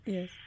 Yes